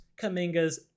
Kamingas